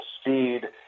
speed